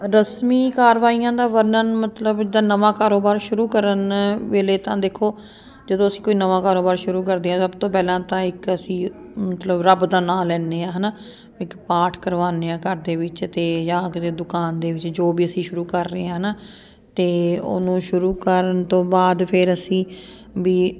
ਰਸਮੀ ਕਾਰਵਾਈਆਂ ਦਾ ਵਰਣਨ ਮਤਲਬ ਜਿੱਦਾ ਨਵਾਂ ਕਾਰੋਬਾਰ ਸ਼ੁਰੂ ਕਰਨ ਵੇਲੇ ਤਾਂ ਦੇਖੋ ਜਦੋਂ ਅਸੀਂ ਕੋਈ ਨਵਾਂ ਕਾਰੋਬਾਰ ਸ਼ੁਰੂ ਕਰਦੇ ਹਾਂ ਸਭ ਤੋਂ ਪਹਿਲਾਂ ਤਾਂ ਇੱਕ ਅਸੀਂ ਮਤਲਬ ਰੱਬ ਦਾ ਨਾਂ ਲੈਂਦੇ ਹਾਂ ਹੈ ਨਾ ਇੱਕ ਪਾਠ ਕਰਵਾਉਂਦੇ ਹਾਂ ਘਰ ਦੇ ਵਿੱਚ ਅਤੇ ਜਾਂ ਕਿਤੇ ਦੁਕਾਨ ਦੇ ਵਿੱਚ ਜੋ ਵੀ ਅਸੀਂ ਸ਼ੁਰੂ ਕਰ ਰਹੇ ਹਾਂ ਹੈ ਨਾ ਅਤੇ ਉਹਨੂੰ ਸ਼ੁਰੂ ਕਰਨ ਤੋਂ ਬਾਅਦ ਫਿਰ ਅਸੀਂ ਵੀ